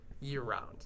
year-round